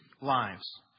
lives